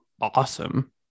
awesome